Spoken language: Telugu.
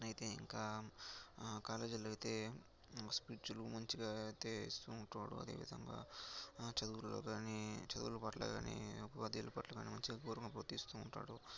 అతనయితే ఇంకా కాలేజీలో అయితే స్పీచ్లు మంచిగా అయితే ఇస్తూ ఉంటాడు అదేవిధంగా చదువుల్లోకానీ చదువులపట్ల కానీ ఉపాధ్యాయుల పట్ల కానీ మంచి గౌరవం అయితే ఇస్తు ఉంటాడు అదేవిధంగా